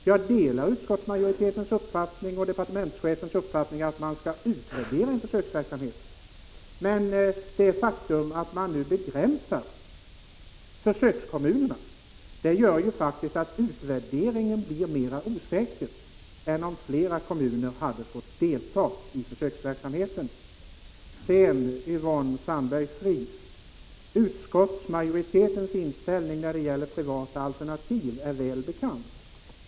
Jag delar utskottsmajoritetens och departementschefens uppfattning att en försöksverksamhet skall utvärderas, men det faktum att försöket nu är begränsat till några kommuner gör att utvärderingens resultat blir mera osäkert än om flera kommuner hade fått delta i försöksverksamheten. Yvonne Sandberg-Fries säger att utskottsmajoritetens inställning när det gäller privata alternativ är välbekant.